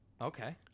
Okay